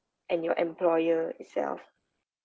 and your employer itself